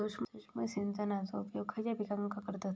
सूक्ष्म सिंचनाचो उपयोग खयच्या पिकांका करतत?